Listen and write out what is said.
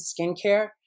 skincare